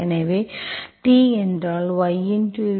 எனவே t என்றால் y